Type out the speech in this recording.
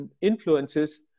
influences